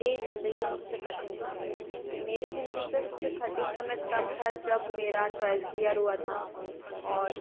मेरे ज़िंदगी का सब से कठिन समय मेरी ज़िंदगी का सब से कठिन समय तब था जब मेरा ट्वेल्थ क्लियर हुआ था और